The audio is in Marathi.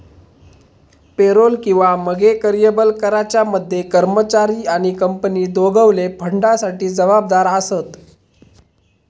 पेरोल किंवा मगे कर्यबल कराच्या मध्ये कर्मचारी आणि कंपनी दोघवले फंडासाठी जबाबदार आसत